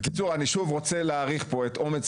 בקיצור אני שוב רוצה להעריך פה את אומץ